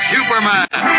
Superman